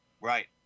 Right